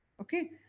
Okay